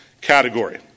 category